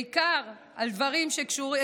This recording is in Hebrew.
בעיקר על דברים שקשורים,